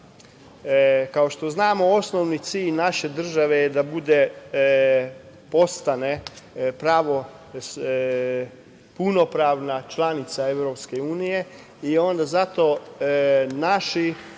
Kao što znamo, osnovni cilj naše države je da postane punopravna članica EU i onda zato naši